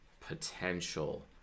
potential